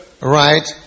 Right